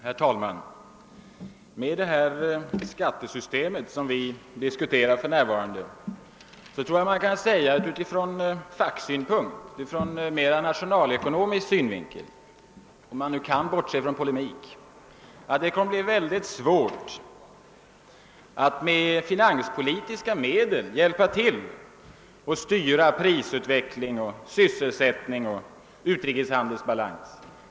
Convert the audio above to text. Herr talman! Med det skattesystem vi här diskuterar tror jag man kan säga att från facksynpunkt — alltså ur mera nationalekonomisk synvinkel, om man nu kan bortse från polemik — kommer det att bli oerhört svårt att med finanspolitiska medel medverka till en styrning av prisutveckling, sysselsättning och utrikeshandel.